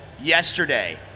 yesterday